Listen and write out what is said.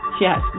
Yes